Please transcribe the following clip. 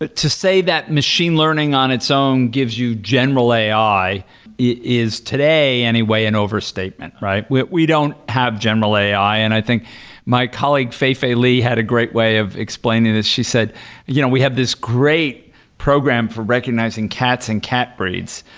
ah to say that machine learning on its own gives you general ai is today anyway an overstatement, right? we we don't have general ai, and i think my colleague fei-fei li had a great way of explaining this. she said you know we have this great program for recognizing cats and cat breeds,